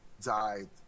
died